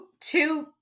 two